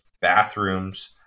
bathrooms